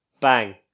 Bang